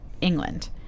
England